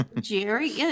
Jerry